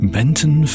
Benton